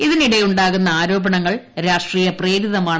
ഇതിനിടെ ഉ ാകുന്ന ആരോപണങ്ങൾ രാഷ്ട്രീയ പ്രേരിതമാണ്